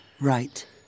Right